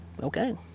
okay